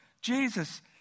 Jesus